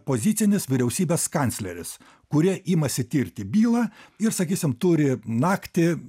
pozicinis vyriausybės kancleris kurie imasi tirti bylą ir sakysim turi naktį